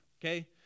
okay